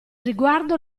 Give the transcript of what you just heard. riguardo